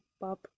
Bob